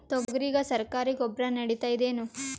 ತೊಗರಿಗ ಸರಕಾರಿ ಗೊಬ್ಬರ ನಡಿತೈದೇನು?